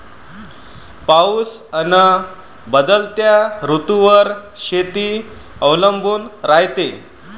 पाऊस अन बदलत्या ऋतूवर शेती अवलंबून रायते